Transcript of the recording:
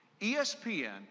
ESPN